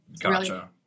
Gotcha